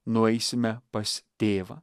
nueisime pas tėvą